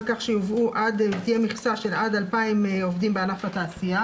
דברה שיועברו לפי המכסה של עד 2,000 עובדים בענף התעשייה,